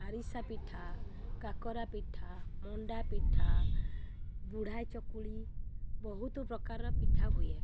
ଆଡ଼ିସା ପିଠା କାକରା ପିଠା ମଣ୍ଡା ପିଠା ବୁଢ଼ା ଚକୁଳି ବହୁତ ପ୍ରକାର ପିଠା ହୁଏ